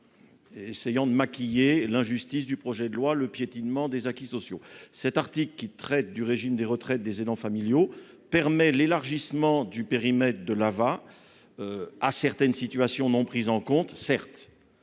qui tente de maquiller l'injustice de votre projet de loi et le piétinement de nos acquis sociaux. Certes, cet article, qui traite du régime de retraites des aidants familiaux, permet l'élargissement du périmètre de l'AVA à certaines situations non prises en compte. Mais